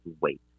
wait